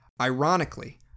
Ironically